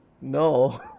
No